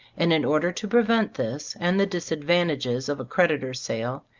and in order to prevent this, and the disadvantages of a cred itor's sale,